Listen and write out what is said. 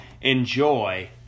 enjoy